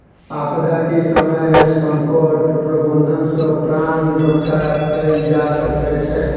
आपदा के समय संकट प्रबंधन सॅ प्राण रक्षा कयल जा सकै छै